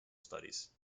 studies